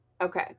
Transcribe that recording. okay